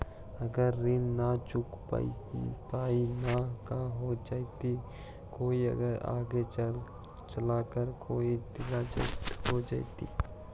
अगर ऋण न चुका पाई न का हो जयती, कोई आगे चलकर कोई दिलत हो जयती?